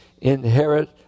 inherit